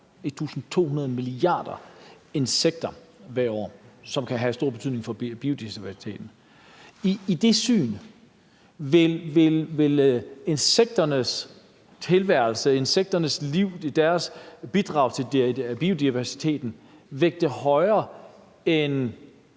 1.200 milliarder! – insekter hvert år, hvilket kan have stor betydning for biodiversiteten. I det lys vil insekternes liv og deres bidrag til biodiversiteten vægte højere end